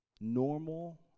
Normal